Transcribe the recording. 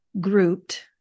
grouped